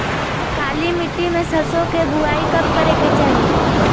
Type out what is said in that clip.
काली मिट्टी में सरसों के बुआई कब करे के चाही?